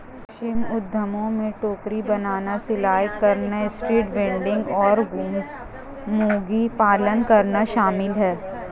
सूक्ष्म उद्यमों में टोकरी बनाना, सिलाई करना, स्ट्रीट वेंडिंग और मुर्गी पालन करना शामिल है